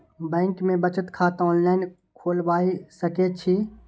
Bank में बचत खाता ऑनलाईन खोलबाए सके छी?